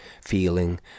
feeling